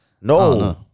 No